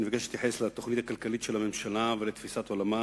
אני מבקש להתייחס לתוכנית הכלכלית של הממשלה ולתפיסת עולמה,